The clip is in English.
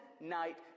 Night